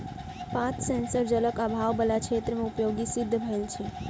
पात सेंसर जलक आभाव बला क्षेत्र मे उपयोगी सिद्ध भेल अछि